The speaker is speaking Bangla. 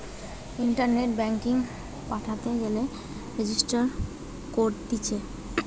ইন্টারনেটে ব্যাঙ্কিং পাঠাতে গেলে রেজিস্টার করতিছে